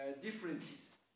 differences